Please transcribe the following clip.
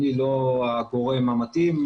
אני לא הגורם המתאים.